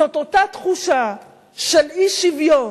זאת אותה תחושה של אי-שוויון